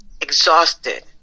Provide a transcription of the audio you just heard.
exhausted